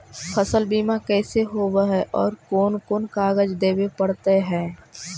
फसल बिमा कैसे होब है और कोन कोन कागज देबे पड़तै है?